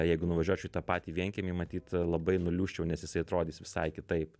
jeigu nuvažiuočiau į tą patį vienkiemį matyt labai nuliūsčiau nes jisai atrodys visai kitaip